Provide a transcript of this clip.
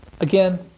Again